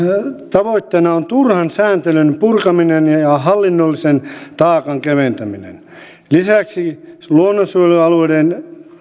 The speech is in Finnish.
tavoitteena on turhan sääntelyn purkaminen ja ja hallinnollisen taakan keventäminen lisäksi luonnonsuojelualueiden